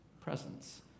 presence